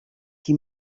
que